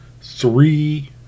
three